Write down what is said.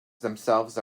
themselves